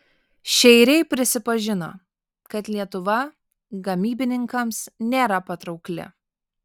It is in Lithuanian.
šeiriai prisipažino kad lietuva gamybininkams nėra patraukli